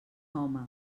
home